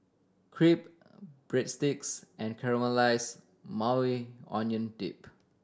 Crepe Breadsticks and Caramelized Maui Onion Dip